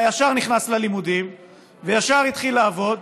ישר נכנס ללימודים וישר התחיל לעבוד,